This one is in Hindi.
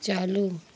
चालू